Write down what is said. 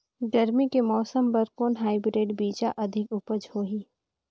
गरमी के मौसम बर कौन हाईब्रिड बीजा अधिक उपज होही?